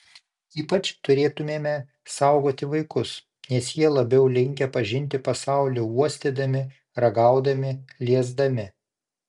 ypač turėtumėme saugoti vaikus nes jie labiau linkę pažinti pasaulį uostydami ragaudami liesdami